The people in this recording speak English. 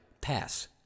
pass